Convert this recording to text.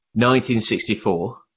1964